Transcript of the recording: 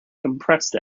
compressed